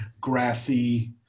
grassy